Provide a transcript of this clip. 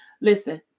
Listen